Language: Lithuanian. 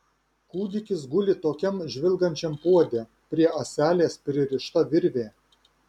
kūdikis guli tokiam žvilgančiam puode prie ąselės pririšta virvė